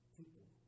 people